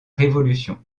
révolution